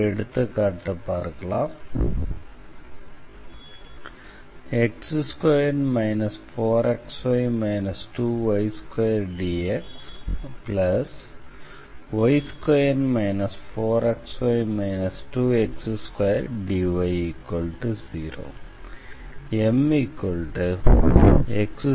ஒரு எடுத்துக்காட்டு பார்க்கலாம் x2 4xy 2y2dxy2 4xy 2x2dy0